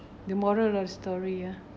the moral of story ah